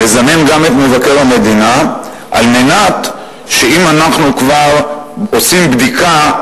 לזמן גם את מבקר המדינה על מנת שאם אנחנו כבר עושים בדיקה,